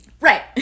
Right